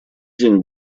день